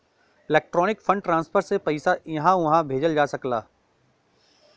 electronic fund transfer से पइसा इहां उहां भेजल जा सकला